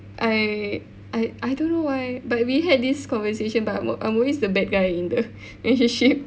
I I don't know why but we had this conversation but I'm al~ I'm always the bad guy in the relationship